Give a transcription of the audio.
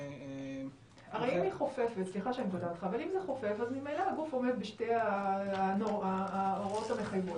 הרי אם היא חופפת אז ממילא עומד בשתי ההוראות המחייבות.